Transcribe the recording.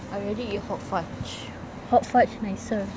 I already eat hot fudge hot fudge nicer